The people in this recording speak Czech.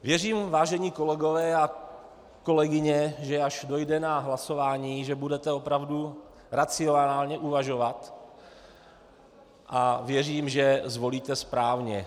Věřím, vážení kolegové a kolegyně, že až dojde na hlasování, že budete opravdu racionálně uvažovat a věřím, že zvolíte správně.